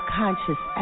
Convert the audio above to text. conscious